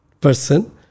person